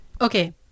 Okay